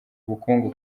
ubukungu